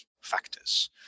factors